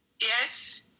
Yes